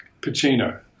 Pacino